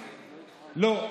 לא,